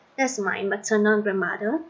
that's my maternal grandmother